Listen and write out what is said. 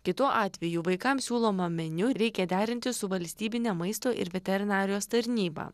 kitu atveju vaikams siūlomą meniu reikia derinti su valstybine maisto ir veterinarijos tarnyba